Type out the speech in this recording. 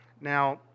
Now